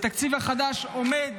והתקציב החדש עומד